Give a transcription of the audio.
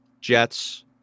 Jets